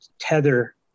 tether